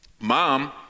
Mom